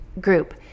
group